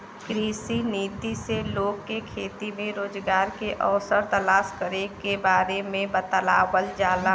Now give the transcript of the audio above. कृषि नीति से लोग के खेती में रोजगार के अवसर तलाश करे के बारे में बतावल जाला